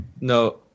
no